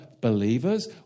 believers